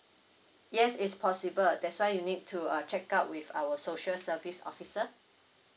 yes it's possible that's why you need to err check out with our social service officer